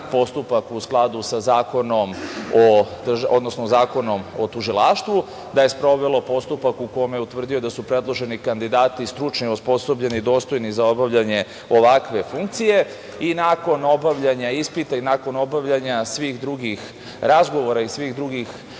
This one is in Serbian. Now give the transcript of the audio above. postupak u skladu sa Zakonom o tužilaštvu, da je sprovelo postupak u kome je utvrdio da su predloženi kandidati, stručni i osposobljeni i dostojni za obavljanje ovakve funkcije i nakon obavljanja ispita i nakon obavljanja svih drugih razgovora i svih drugih